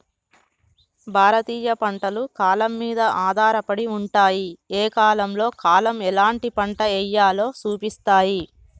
భారతీయ పంటలు కాలం మీద ఆధారపడి ఉంటాయి, ఏ కాలంలో కాలం ఎలాంటి పంట ఎయ్యాలో సూపిస్తాయి